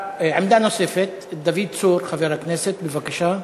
עמדה נוספת, דוד צור, חבר הכנסת, בבקשה.